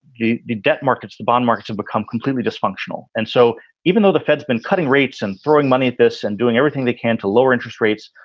the the debt markets, the bond markets have become completely dysfunctional. and so even though the fed's been cutting rates and throwing money at this and doing everything they can to lower interest rates,